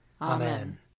Amen